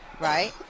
Right